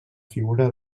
figura